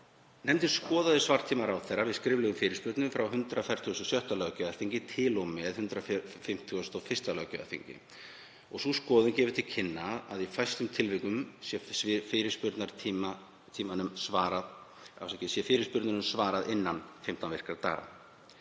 Nefndin skoðaði svartíma ráðherra við skriflegum fyrirspurnum frá 146. löggjafarþingi til og með 151. löggjafarþingi. Sú skoðun gefur til kynna að í fæstum tilvikum sé fyrirspurnum svarað innan 15 virkra daga.